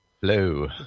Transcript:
Hello